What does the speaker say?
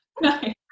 Nice